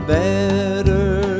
better